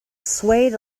swayed